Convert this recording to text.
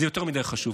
זה יותר מדי חשוב.